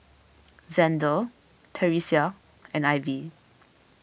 Xander theresia and Ivy